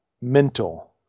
mental